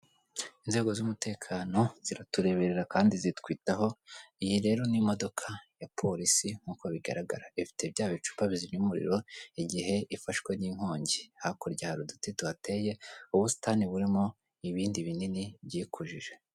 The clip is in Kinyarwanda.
Inzego z'umutekano, ziratureberera kandi zitwitaho, iyi rero n'imodoka ya polisi nk'uko bigaragara. Ifite bya bicupa bizimya umuriro igihe ifashwe n'inkongi. Hakurya yari uduti tuhateye, ubusitani burimo ibindi binini byikujije.